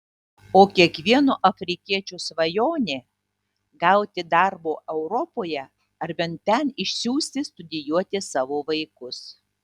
o kiekvieno afrikiečio svajonė gauti darbo europoje ar bent ten išsiųsti studijuoti savo vaikus